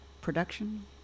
production